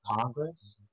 Congress